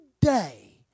day